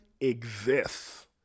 exists